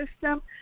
system